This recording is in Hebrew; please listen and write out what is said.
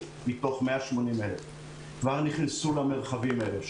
מתוך 180,000. הם כבר נכנסו למרחבים הללו.